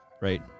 Right